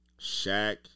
Shaq